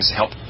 help